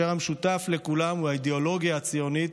והמשותף לכולם הוא האידיאולוגיה הציונית,